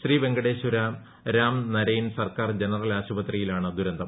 ശ്രീ വെങ്കടേശ്വര രാംനരൈൻ സർക്കാർ ജനറൽ ആശുപത്രിയിലാണ് ദുരന്തം